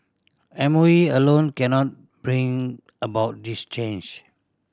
M O E alone cannot bring about this change